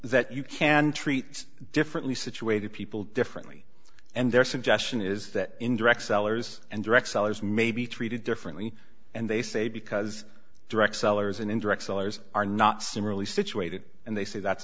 that you can treat differently situated people differently and their suggestion is that in direct sellers and direct sellers may be treated differently and they say because direct sellers and direct sellers are not similarly situated and they say that's